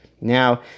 Now